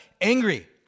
angry